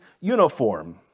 uniform